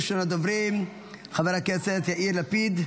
ראשון הדוברים, חבר הכנסת יאיר לפיד,